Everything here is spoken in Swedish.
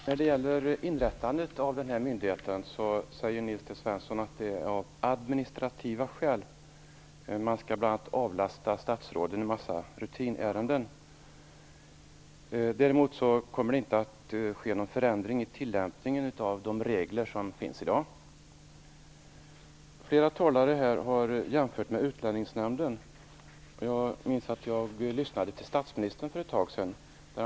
Fru talman! Nils T Svensson säger inrättandet av den här myndigheten görs av administrativa skäl. Man skall bl.a. befria statsråden från en mängd rutinärenden. Däremot kommer det inte att ske någon förändring i tillämpningen av de regler som finns i dag. Flera av de talare jag har hört har gjort jämförelser med Utlänningsnämnden. Jag minns att jag för ett tag sedan lyssnade till statsministern.